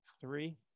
Three